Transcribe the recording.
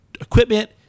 equipment